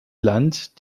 land